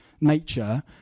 nature